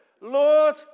Lord